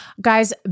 Guys